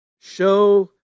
show